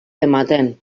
ematen